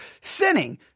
sinning